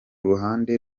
ruhande